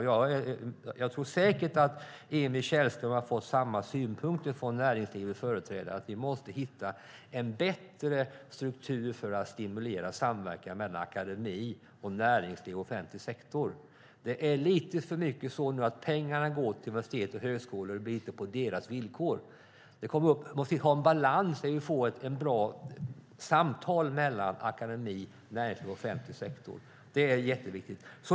Jag tror säkert att Emil Källström har fått samma synpunkter från näringslivets företrädare, nämligen att vi måste hitta en bättre struktur för att stimulera samverkan mellan akademi, näringsliv och offentlig sektor. Nu är det lite för mycket på det sättet att pengarna som går till universitet och högskolor inte blir på deras villkor. Vi måste ha en balans där vi får bra samtal mellan akademi, näringsliv och offentlig sektor. Det är jätteviktigt.